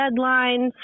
deadlines